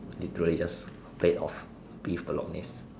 the greatest plate of beef bolognese